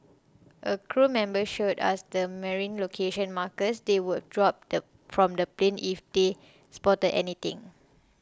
a crew member showed us the marine location markers they would drop the from the plane if they spotted anything